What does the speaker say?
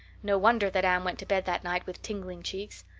no wonder that anne went to bed that night with tingling cheeks!